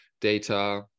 data